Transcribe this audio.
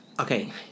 Okay